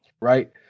right